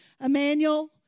Emmanuel